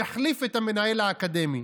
יחליף את המנהל האקדמי.